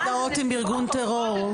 או להזדהות עם ארגון טרור.